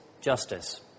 justice